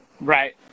Right